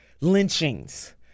lynchings